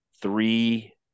three